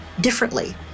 differently